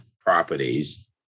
properties